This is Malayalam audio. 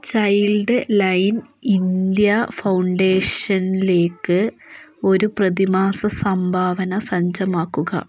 ചൈൽഡ് ലൈൻ ഇന്ത്യ ഫൗണ്ടേഷനിലേക്ക് ഒരു പ്രതിമാസ സംഭാവന സജ്ജമാക്കുക